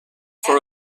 for